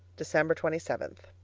december twenty seven.